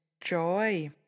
joy